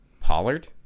Pollard